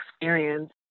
experience